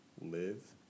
live